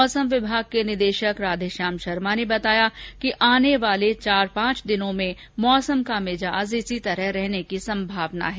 मौसम विभाग के निदेशक राधेश्याम शर्मा ने बताया कि आने वाले चार पांच दिनों में मौसम का भिजाज इसी तरह का रहने की संभवना है